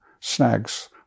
snags